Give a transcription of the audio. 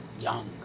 young